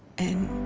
and,